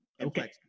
Okay